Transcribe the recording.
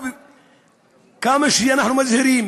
כמה שאנחנו מזהירים,